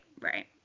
right